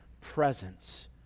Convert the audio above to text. presence